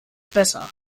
besser